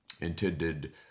intended